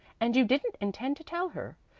and you didn't intend to tell her,